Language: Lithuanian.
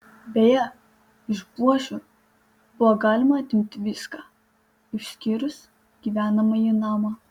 beje iš buožių buvo galima atimti viską išskyrus gyvenamąjį namą